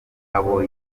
abo